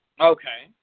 Okay